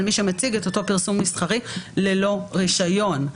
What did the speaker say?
מי שמציג את אותו פרסום מסחרי ללא רישיון,